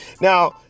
Now